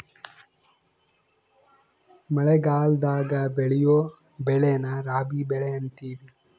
ಮಳಗಲದಾಗ ಬೆಳಿಯೊ ಬೆಳೆನ ರಾಬಿ ಬೆಳೆ ಅಂತಿವಿ